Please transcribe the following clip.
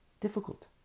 Difficult